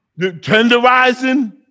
Tenderizing